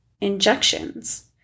injections